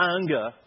anger